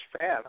fan